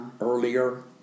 earlier